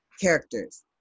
characters